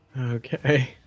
Okay